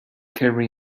carry